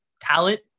talent